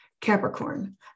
Capricorn